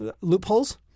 Loopholes